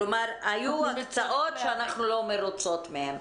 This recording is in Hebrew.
כלומר, היו הקצאות שאנחנו לא מרוצות מהן.